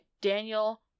Daniel